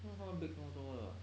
怎么他 bake 这么多的